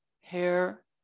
hair